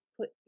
put